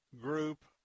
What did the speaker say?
group